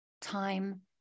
time